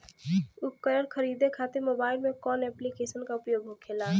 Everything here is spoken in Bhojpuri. उपकरण खरीदे खाते मोबाइल में कौन ऐप्लिकेशन का उपयोग होखेला?